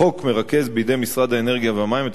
החוק מרכז בידי משרד האנרגיה והמים את